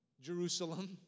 Jerusalem